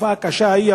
בתקופה הקשה ההיא,